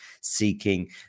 seeking